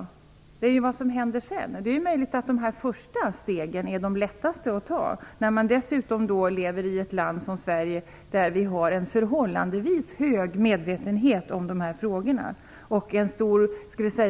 Frågan är ju vad som händer sedan. Det är möjligt att dessa första steg är de lättaste att ta, eftersom vi lever i ett land som Sverige med en förhållandevis hög medvetenhet i dessa frågor och en stor